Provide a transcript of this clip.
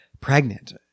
pregnant